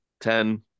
Ten